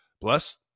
Plus